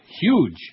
Huge